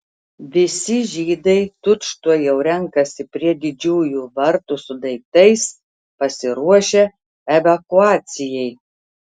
visi žydai tučtuojau renkasi prie didžiųjų vartų su daiktais pasiruošę evakuacijai